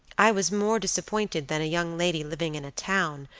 i was more disappointed than a young lady living in a town,